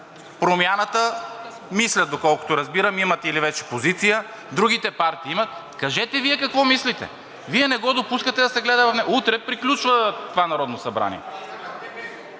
„Промяната“, мисля, доколкото разбирам, имат вече позиция, другите партии имат. Кажете Вие какво мислите. Вие не го допускате да се гледа. Утре приключва това Народно събрание.